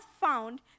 found